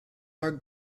are